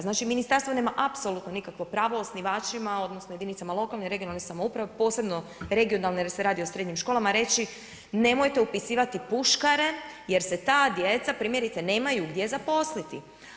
Znači ministarstvo nema apsolutno nikakvo pravo osnivačima, odnosno jedinicama lokalne i regionalne samouprave posebno regionalne jer se radi o srednjim školama reći nemojte upisivati puškare jer se ta djeca primjerice nemaju gdje zaposliti.